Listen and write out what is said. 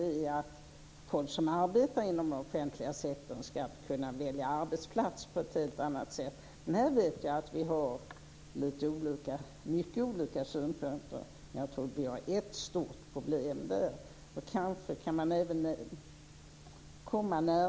Folk som arbetar inom den offentliga sektorn ska kunna välja arbetsplats på ett helt annat sätt. Här vet jag att vi har många olika synpunkter, men jag tror att vi har ett stort problem. Kanske kan man komma närmare lösningen även där.